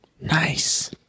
nice